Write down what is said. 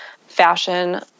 fashion